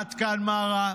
עד כאן מה רע?